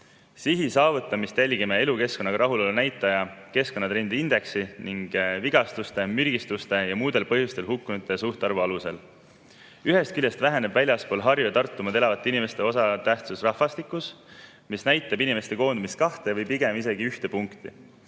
sihi saavutamist jälgime elukeskkonnaga rahulolu näitaja, keskkonnatrendide indeksi ning vigastuste, mürgistuste ja muude põhjuste tõttu surnud inimeste suhtarvu alusel. Ühest küljest väheneb väljaspool Harju- ja Tartumaad elavate inimeste osatähtsus rahvastikus, mis näitab elanike koondumist kahte või pigem isegi ühte punkti.